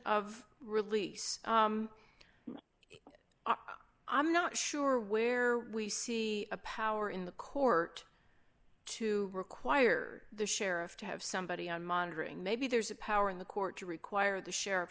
of release i'm not sure where we see a power in the court to require the sheriff to have somebody on monitoring maybe there's a power in the court to require the sheriff